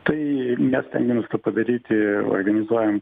tai mes stengiamės tą padaryti organizuojam